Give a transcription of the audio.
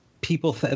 people